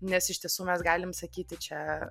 nes iš tiesų mes galim sakyti čia